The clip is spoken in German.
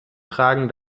tragen